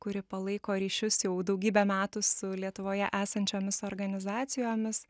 kuri palaiko ryšius jau daugybę metų su lietuvoje esančiomis organizacijomis